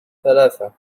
ثلاثة